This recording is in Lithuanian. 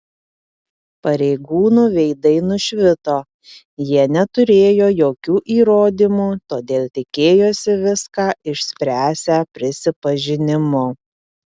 pareigūnų veidai nušvito jie neturėjo jokių įrodymų todėl tikėjosi viską išspręsią prisipažinimu